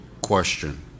question